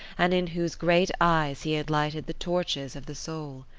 and in whose great eyes he had lighted the torches of the soul.